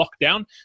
lockdown